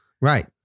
Right